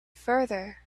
farther